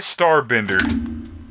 Starbender